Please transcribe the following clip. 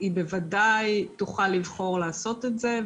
היא בוודאי תוכל לבחור לעשות את זה.